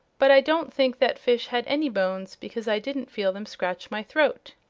but i don't think that fish had any bones, because i didn't feel them scratch my throat.